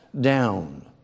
down